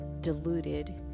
diluted